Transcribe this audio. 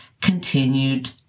continued